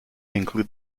include